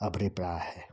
अभिप्राय है